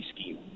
scheme